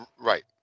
right